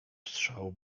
strzału